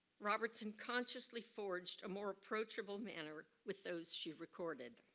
robertson consciously forged a more approachable manner with those she recorded.